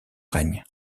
règne